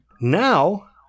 Now